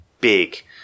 big